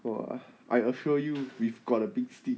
!wah! I assure you we've got a big stick